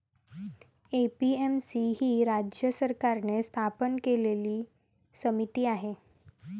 APMC ही राज्य सरकारने स्थापन केलेली समिती आहे